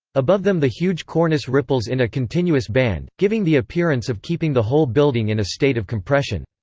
above them the huge cornice ripples in a continuous band, giving the appearance of keeping the whole building in a state of compression.